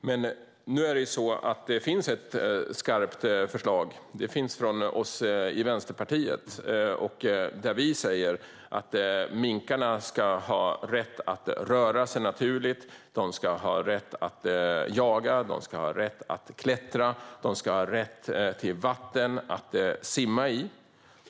Herr talman! Nu är det ju så att det finns ett skarpt förslag från oss i Vänsterpartiet, där vi säger att minkarna ska ha rätt att röra sig naturligt, rätt att jaga, rätt att klättra och rätt till vatten att simma i.